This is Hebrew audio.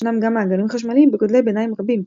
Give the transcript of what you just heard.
ישנם גם מעגלים חשמליים בגודלי ביניים רבים,